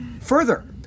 Further